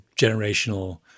generational